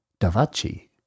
Davachi